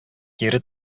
кире